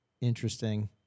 interesting